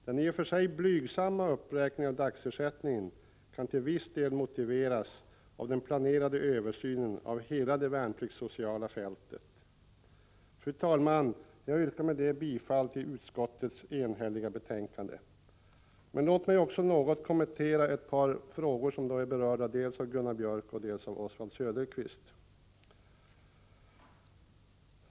Den i och för sig blygsamma uppräkningen av dagersättningen kan till viss del motiveras av den planerade översynen av hela det värnpliktssociala fältet. Fru talman! Jag yrkar med detta bifall till utskottets enhälliga förslag. Men låt mig också något kommentera ett par frågor som berörts dels av Gunnar Björk i Gävle, dels av Oswald Söderqvist.